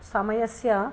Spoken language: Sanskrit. समयस्य